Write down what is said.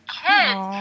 kids